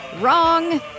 Wrong